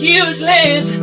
useless